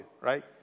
right